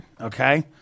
Okay